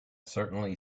certainly